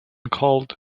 called